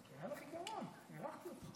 כי היה לך עיקרון, הערכתי אותו.